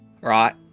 Right